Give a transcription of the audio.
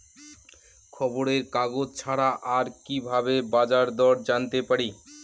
খবরের কাগজ ছাড়া আর কি ভাবে বাজার দর জানতে পারি?